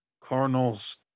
cardinals